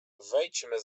wejdźmy